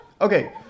okay